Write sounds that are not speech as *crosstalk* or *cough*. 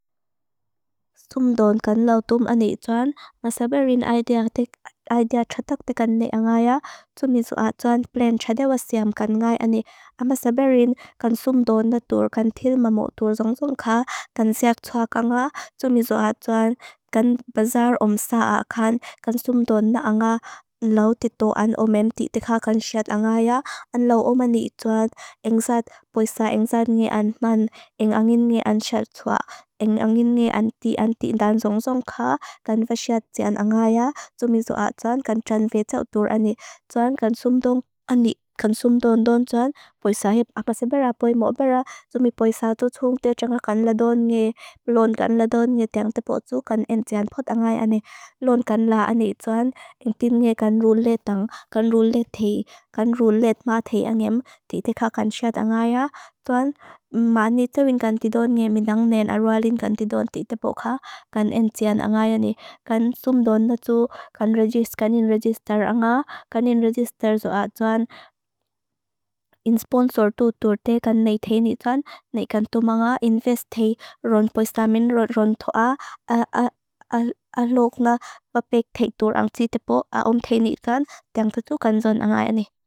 Súmdón kan lau túm ani i tsuan, masaberin ai *hesitation* dea txatak te kan ne anga ya. Tsu misua tsuan plén txadewa siam kan ngai ani. A masaberin kan súmdón natúr kan til mamútúr zong zong kaa. Kan siak tsuak anga, tsu misua tsuan kan bazaar om saa akan. Kan súmdón na anga, lau titó an omem titiká kan siat anga ya. An lau oma ni i tsuan, engzat poisa engzat ni an man, engangin ni an siak tsuak, engangin ni an tí andan zong zong kaa. Kan basaat sian anga ya, tsu misua tsuan kan txan ve txautur ani. Tsuan kan súmdón ani, kan súmdón dón tsuan. Poisa hip akasebara, poimobara. Tsu misua poisa tu txung tia txanga kan ladón ne, lon kan ladón ne, teang tepotu kan en txan pot anga ani. Lon kan laa ani tsuan, en tin ne kan ruletang, kan rulet tei, kan rulet ma tei anem titiká kan siat anga ya. Tsuan ma ni txawin kan titón ne, minang nen arwalin kan titón titepok ha, kan en txian anga ya ni. Kan súmdón na tsu, kan regis, kan in register anga. Kan in register zoa tsuan, *hesitation* in sponsor tu tur te kan nei tei ni tsuan, nei kan tumaga, invest tei, ron poisa min, ron tóa, a *hesitation* lók na papek tei tur ang titepok, a om tei ni tsuan, teang tetu kan zon anga ya ni.